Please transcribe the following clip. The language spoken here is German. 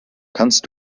kannst